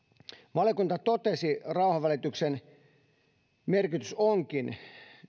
valiokunta totesi että rauhanvälityksen merkitys onkin